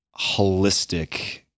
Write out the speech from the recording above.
holistic